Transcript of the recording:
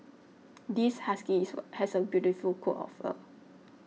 this husky has a beautiful coat of fur